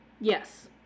Yes